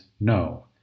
no